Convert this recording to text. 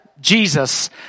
Jesus